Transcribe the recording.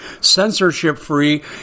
censorship-free